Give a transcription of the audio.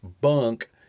bunk